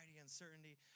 uncertainty